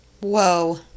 Whoa